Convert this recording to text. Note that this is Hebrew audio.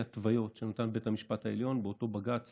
התוויות שנתן בית המשפט העליון באותו בג"ץ